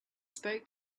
spoke